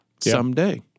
Someday